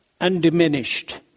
undiminished